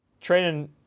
training